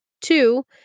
two